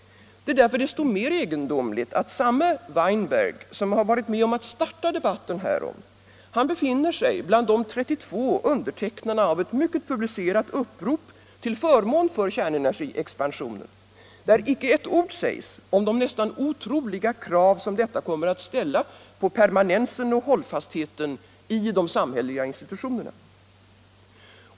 Det är därför desto mer egendomligt att samme Weinberg, som har varit med om att starta debatten härom, befinner sig bland de 32 undertecknarna av ett mycket publicerat upprop till förmån för kärnenergiexpansionen där icke ett ord sägs om de nästan otroliga krav som detta kommer att ställa på permanensen och hållfastheten i de samhälleliga institutionerna.